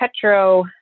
Petro